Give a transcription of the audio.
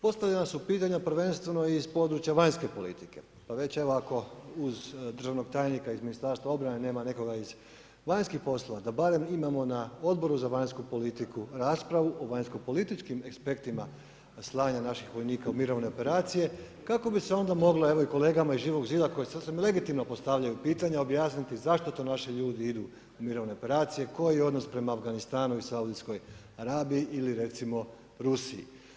Postavljena su pitanja prvenstveno iz područja vanjske politike, pa već evo ako uz državnog tajnika iz Ministarstva obrane nema nekoga iz vanjskih poslova da barem imamo na Odboru za vanjsku politiku raspravu o vanjskopolitičkim ekspertima slanja naših vojnika u mirovne operacije kako bi se onda moglo evo i kolegama iz Živog zida koji sasvim legitimno postavljaju pitanja objasniti zašto to naši ljudi idu u mirovne operacije, koji je odnos prema Afganistanu i Saudijskoj Arabiji ili recimo Rusiji.